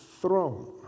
throne